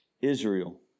Israel